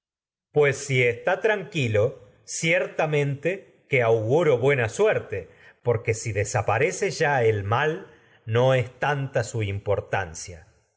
pues si está tranquilo ciertamente si que au buena suerte su porque desaparece ya el mal no tanta importancia